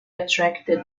attracted